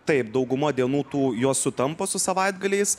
taip dauguma dienų tų jos sutampa su savaitgaliais